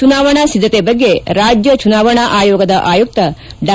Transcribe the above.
ಚುನಾವಣಾ ಸಿದ್ದತೆ ಬಗ್ಗೆ ರಾಜ್ಯ ಚುನಾವಣಾ ಆಯೋಗದ ಆಯುಕ್ತ ಡಾ